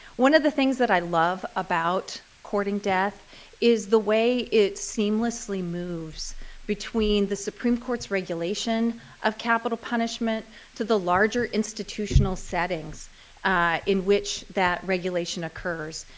one of the things that i love about courting death is the way it seamlessly moves between the supreme court's regulation of capital punishment to the larger institutional settings in which that regulation occurs.